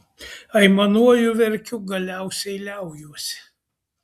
aimanuoju verkiu galiausiai liaujuosi